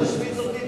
אל תשמיץ אותי,